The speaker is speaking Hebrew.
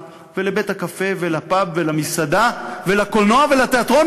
ולבית-הקפה ולפאב ולמסעדה ולקולנוע ולתיאטרון,